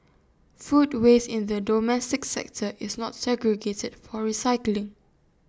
food waste in the domestic sector is not segregated for recycling